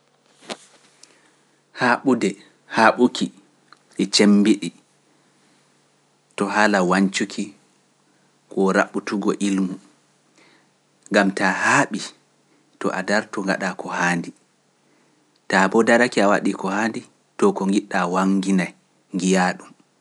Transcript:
Haaɓude haaɓuki e cemmbiɗi to haala wañcuki ko raɓɓutugo ilmu, ngam taa haaɓi to a dartu ngaɗa ko haandi, taa boo daraki a waɗi ko haandi too ko ngiɗɗaa waŋŋginaay, njiyaa ɗum.